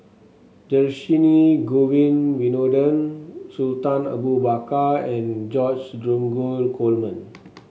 Dhershini Govin Winodan Sultan Abu Bakar and George Dromgold Coleman